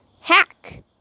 hack